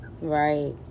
Right